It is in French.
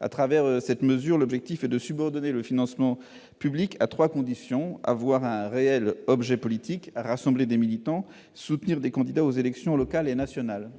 à travers cette mesure, notre objectif est de subordonner le financement public à trois conditions : avoir un réel objet politique, rassembler des militants et soutenir des candidats aux élections locales et nationales.